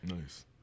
Nice